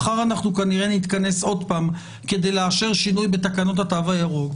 מחר אנחנו כנראה נתכנס עוד פעם כדי לאשר שינוי בתקנות התו הירוק.